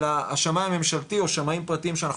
אלא השמאי הממשלתי או שמאים פרטיים שאנחנו